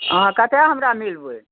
अहाँ कतए हमरा मिलबै